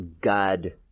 god